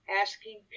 asking